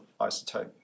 isotope